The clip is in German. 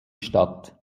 stadt